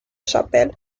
chapelle